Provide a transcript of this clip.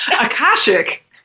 Akashic